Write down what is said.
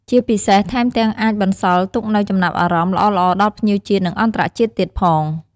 ជាពិសេស ថែមទាំងអាចបន្សល់ទុកនូវចំណាប់អារម្មណ៍ល្អៗដល់ភ្ញៀវជាតិ និងអន្តរជាតិទៀតផង។